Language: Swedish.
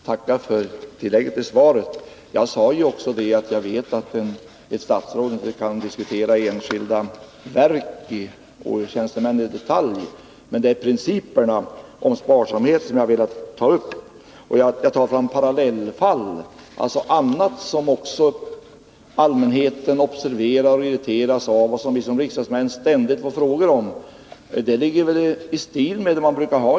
Herr talman! Jag tackar för tillägget till svaret. Jag sade redan i mitt första inlägg att jag vet att ett statsråd inte kan diskutera enskilda verk och tjänstemän. Det är principen om sparsamhet som jag har velat ta upp. Jag talade också om parallellfall — annat som allmänheten observerar och irriteras av och som vi riksdagsmän ständigt får frågor om. Det ligger i stil. Nr 58 med den debattordning vi brukar ha.